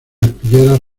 aspilleras